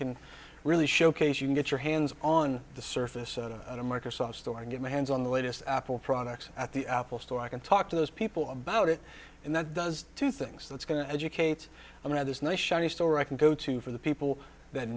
can really showcase you can get your hands on the surface on a microsoft store and get my hands on the latest apple product at the apple store i can talk to those people about it and that does two things that's going to educate i don't have this nice shiny store i can go to for the people that